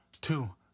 two